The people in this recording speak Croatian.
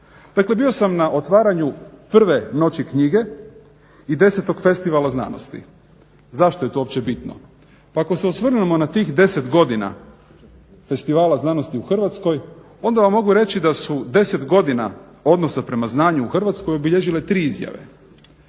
Dakle, bio sam na otvaranju Prve noći knjige i Desetog festivala znanosti. Zašto je to uopće bitno? Pa ako se osvrnemo na tih 10 godina Festivala znanosti u Hrvatskoj onda vam mogu reći da su 10 godina odnosa prema znanju u Hrvatskoj obilježile 3 izjave.